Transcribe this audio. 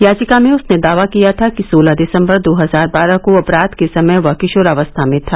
याचिका में उसने दावा किया था कि सोलह दिसम्बर दो हजार बारह को अपराध के समय वह किशोरावस्था में था